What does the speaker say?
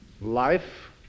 life